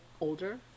older